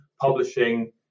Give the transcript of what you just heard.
publishing